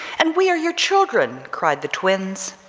and we are your children, cried the twins.